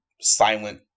silent